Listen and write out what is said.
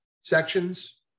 sections